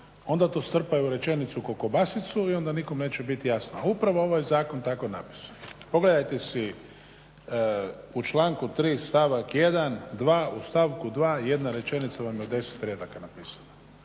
onda to strpaj u rečenicu kao kobasicu i onda nikom neće biti jasno. A upravo je ovaj zakon tako napisan. Pogledajte si u članku 3. stavak 1. i u stavku 2. jedna rečenica vam je u deset redaka napisana.